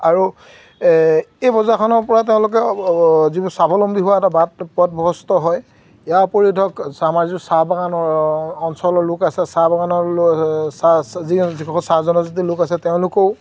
আৰু এই বজাৰখনৰ পৰা তেওঁলোকে যিবোৰ স্বাৱলম্বী হোৱা এটা বাট পথ বস্ত হয় ইয়াৰ উপৰিও ধৰক আমাৰ যি চাহ বাগানৰ অঞ্চলৰ লোক আছে চাহ বাগানৰ লোক যিসকল চাহ জনজাতি লোক আছে তেওঁলোকেও